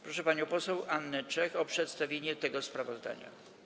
Proszę panią poseł Annę Czech o przedstawienie tego sprawozdania.